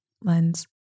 lens